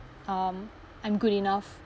um I'm good enough